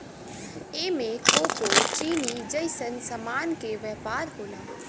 एमे कोको चीनी जइसन सामान के व्यापार होला